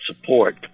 support